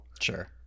Sure